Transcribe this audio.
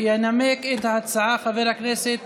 ינמק את ההצעה חבר הכנסת